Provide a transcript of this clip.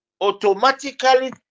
automatically